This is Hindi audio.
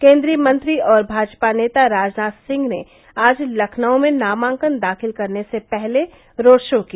केन्द्रीय मंत्री और भाजपा नेता राजनाथ सिंह ने आज लखनऊ में नामांकन दाखिल करने से पहले रोड शो किया